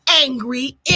angry